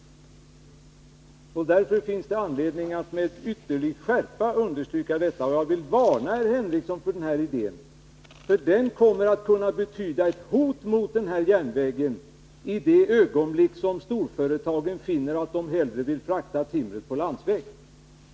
Därför finns det anledning att med yttersta skärpa understryka vad jag här har sagt. Jag vill varna herr Henricsson för denna hans idé. Den kan komma att innebära ett hot mot denna järnväg i samma ögonblick som storföretagen finner att de hellre vill använda sig av landsvägstransporter för att frakta timret.